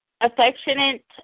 affectionate